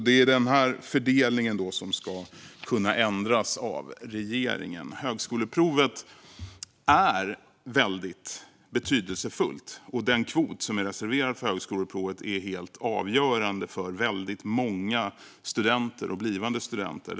Det är denna fördelning som ska kunna ändras av regeringen. Högskoleprovet är väldigt betydelsefullt, och den kvot som är reserverad för högskoleprovet är helt avgörande för väldigt många blivande studenter.